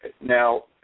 Now